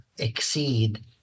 exceed